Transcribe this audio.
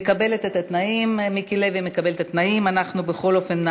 מקבל את התנאים, מיקי לוי מקבל את התנאים.